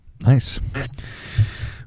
nice